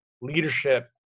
leadership